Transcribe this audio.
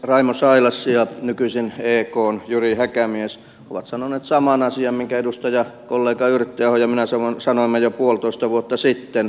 raimo sailas ja nykyisin ekn jyri häkämies ovat sanoneet saman asian minkä edustajakollega yrttiaho ja minä sanoimme jo puolitoista vuotta sitten